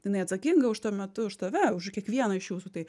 jinai atsakinga už tuo metu už tave už kiekvieną iš jūsų tai